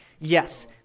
Yes